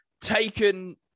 taken